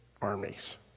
armies